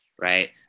right